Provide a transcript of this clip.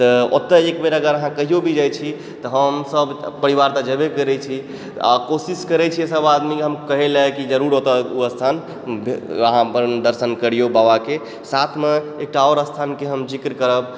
तऽ ओतऽ एकबेर अगर अहाँ कहियो भी जाइ छी तऽ हमसब परिवार तऽ जेबे करै छी आओर कोशिश करै छियै सब आदमी हम कहैलए कि जरुर ओतय ओ स्थान मतलब अहाँ अपन दर्शन करियौ बाबाके साथमे एकटा आओर स्थानके हम जिक्र करब